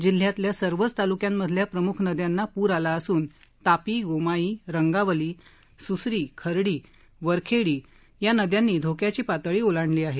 जिल्ह्यातल्या सर्वच तालुक्यांमधल्या प्रमुख नद्यांना पुर आला असून तापी गोमाई रंगावली सुसरी खर्डी वरखेडी या नद्यांनी धोक्याची पातळी ओलांडली आहे